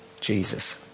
Jesus